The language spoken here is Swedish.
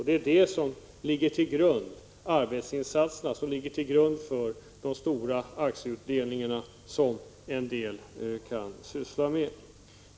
Det är arbetsinsatserna som ligger till grund för de stora aktieutdelningar som en del kan syssla med.